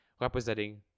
representing